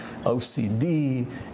OCD